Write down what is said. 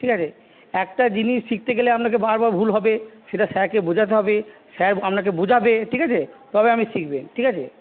ঠিক আছে একটা জিনিস শিখতে গেলে আপনাকে বারবার ভুল হবে সেটা স্যারকে বোঝাতে হবে স্যার আপনাকে বোঝাবে ঠিক আছে তবে আপনি শিখবেন ঠিক আছে